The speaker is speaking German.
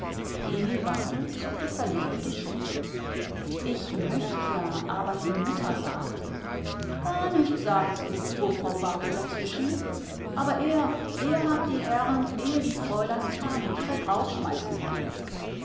emil barthel zuckte verlegen die schultern ich möcht ja aber die mutter sagt gar nischt sagt sie fuhr frau barthel dazwischen aber er er hat die herren ehe die fräuleins kamen direkt rausschmeißen wollen